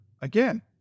again